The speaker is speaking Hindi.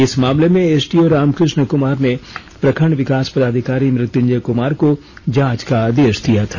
इस मामले में एसडीओ रामकृष्ण कुमार ने प्रखंड विकास पदाधिकारी मृत्युंजय कुमार को जांच का आदेश दिया था